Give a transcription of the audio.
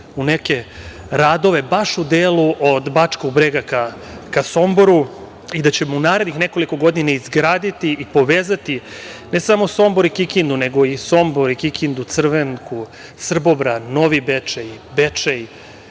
u neke radove, baš u delu od Bačkog Brega ka Somboru i da ćemo u narednih nekoliko godina izgraditi i povezati ne samo Sombor i Kikindu, nego i Sombor, Kikindu, Crvenku, Srbobran, Novi Bečej, Bečej,